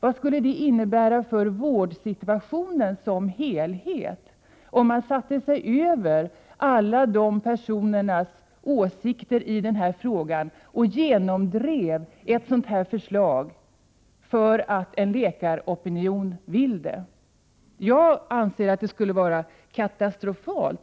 Vad skulle det innebära och för vårdsituationen som helhet, om man satte sig över alla dessa personers åsikter i denna fråga och genomdrev ett sådant här förslag, därför att en läkaropinion vill det? Jag anser att resultatet skulle bli katastrofalt.